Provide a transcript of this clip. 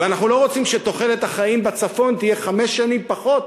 ואנחנו לא רוצים שתוחלת החיים בצפון תהיה חמש שנים פחות